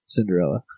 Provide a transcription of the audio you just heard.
Cinderella